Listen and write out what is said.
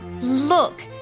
look